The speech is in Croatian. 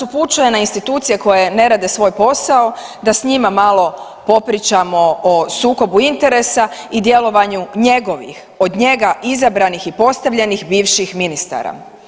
upućuje na institucije koje ne rade svoj posao da s njima malo popričamo o sukobu interesa i djelovanju njegovih, od njega izabranih i postavljenih bivših ministara.